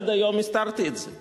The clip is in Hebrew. עד היום הסתרתי את זה.